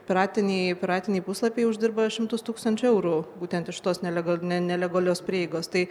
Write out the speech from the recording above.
piratiniai piratiniai puslapiai uždirba šimtus tūkstančių eurų būtent iš tos nelegal ne nelegalios prieigos tai